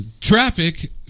Traffic